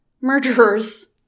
murderers